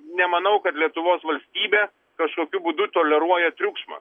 nemanau kad lietuvos valstybė kažkokiu būdu toleruoja triukšmą